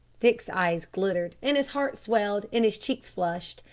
dick's eyes glittered, and his heart swelled, and his cheeks flushed,